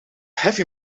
heavy